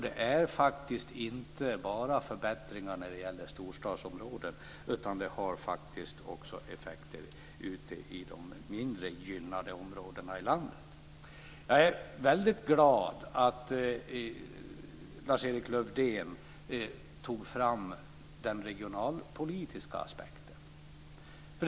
Det är inte bara förbättringar när det gäller storstadsområden, utan det har faktiskt också effekter ute i de mindre gynnade områdena i landet. Jag är mycket glad att Lars-Erik Lövdén tog fram den regionalpolitiska aspekten.